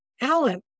Alan